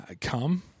Come